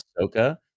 Ahsoka